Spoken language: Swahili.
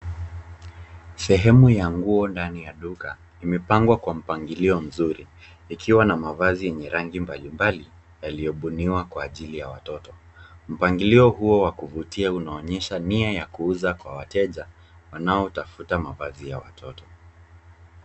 Sehemu ya nguo ndani ya duka imepangwa kwa mpangilio mzuri ikiwa na mavazi yenye rangi mbalimbali yaliyobuniwa kwa ajili ya watoto. Mpangilio huo wa kuvutia unaonyesha nia ya kuuza kwa wateja wanaotafuta mavazi ya watoto.